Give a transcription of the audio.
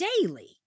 daily